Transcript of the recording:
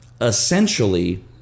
essentially